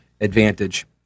advantage